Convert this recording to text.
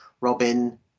Robin